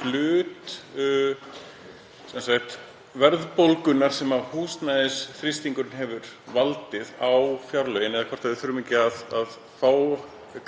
hlut verðbólgunnar sem húsnæðisþrýstingurinn hefur valdið á fjárlögin eða hvort við þurfum kannski að fá